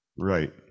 right